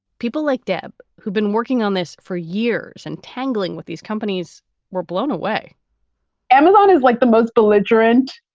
people like deb who've been working on this for years and tangling with these companies were blown away amazon is like the most belligerent.